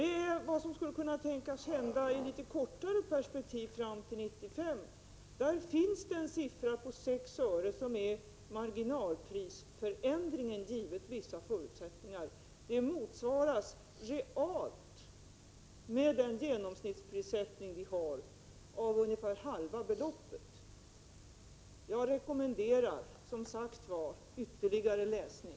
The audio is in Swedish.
Beträffande vad som skall kunna tänkas hända i ett kortare perspektiv fram till 1995 nämns siffran 6 öre. Det är givetvis marginalprisförändringen under vissa förutsättningar. Det motsvaras realt, med den genomsnittsprissättning som vi har, av ungefär halva beloppet. Jag rekommenderar ytterligare läsning.